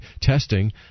testing